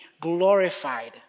glorified